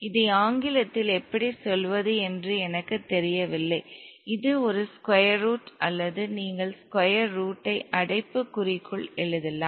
இதை ஆங்கிலத்தில் எப்படி சொல்வது என்று எனக்குத் தெரியவில்லை இது ஒரு ஸ்கொயர் ரூட் அல்லது நீங்கள் ஸ்கொயர் ரூட்டை அடைப்புக்குறிக்குள் எழுதலாம்